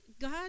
God